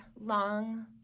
long